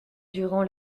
durant